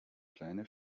pläne